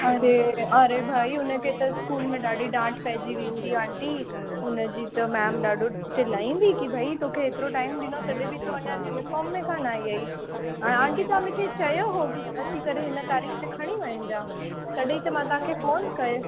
अरे अरे भई हुन खे त स्कूल में ॾाढी डांट पइजी वेंदी आंटी हुन जी त मैम ॾाढो चिलाईंदी की भई तोखे एतिरो टाइम ॾिनो तॾहिं बि तू अञा यूनिफॉम में कोन आई आई हा आंटी तव्हां मूंखे चयो हुओ की अची करे हिन तारीख़ ते खणी वञिजा तॾहिं त मां तव्हांखे फोन कयो